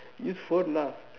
use phone lah